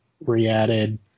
re-added